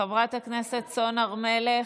חברת הכנסת סון הר מלך.